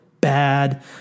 bad